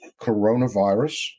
coronavirus